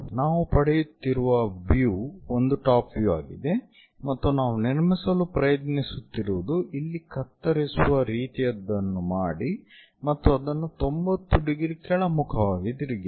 ನಾವು ಪಡೆಯುತ್ತಿರುವ ವ್ಯೂ ಒಂದು ಟಾಪ್ ವ್ಯೂ ಆಗಿದೆ ಮತ್ತು ನಾವು ನಿರ್ಮಿಸಲು ಪ್ರಯತ್ನಿಸುತ್ತಿರುವುದು ಇಲ್ಲಿ ಕತ್ತರಿಸುವ ರೀತಿಯದ್ದನ್ನು ಮಾಡಿ ಮತ್ತು ಅದನ್ನು 90 ಡಿಗ್ರಿ ಕೆಳಮುಖವಾಗಿ ತಿರುಗಿಸಿ